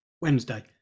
Wednesday